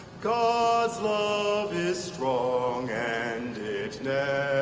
god's love is strong and it never